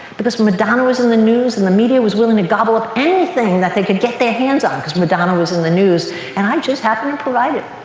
because madonna was in the news and the media was willing to gobble up anything that they could get their hands on cause madonna was in the news and i just happened to provide it.